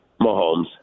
Mahomes